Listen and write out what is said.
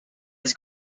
his